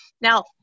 Now